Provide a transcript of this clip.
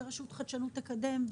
שרשות החדשנות תקדם.